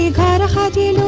like ah da da